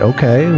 Okay